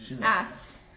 Ass